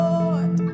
Lord